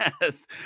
yes